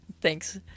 Thanks